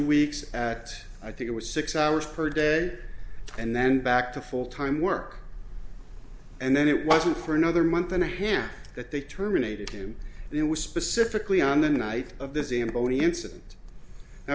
weeks at i think it was six hours per day and then back to full time work and then it wasn't for another month and a ham that they terminated him it was specifically on the night of this and bony incident n